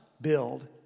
build